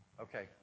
Okay